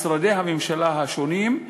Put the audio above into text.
משרדי הממשלה השונים,